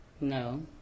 No